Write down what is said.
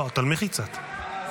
לא, תנמיכי קצת.